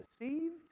deceived